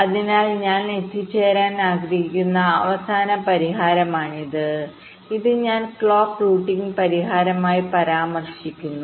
അതിനാൽ ഞാൻ എത്തിച്ചേരാൻ ആഗ്രഹിക്കുന്ന അവസാന പരിഹാരമാണിത് ഇത് ഞാൻ ക്ലോക്ക് റൂട്ടിംഗ് പരിഹാരമായി പരാമർശിക്കുന്നു